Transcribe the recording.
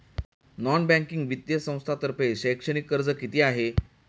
Non banking वित्तीय संस्थांतर्फे शैक्षणिक कर्ज किती आहे?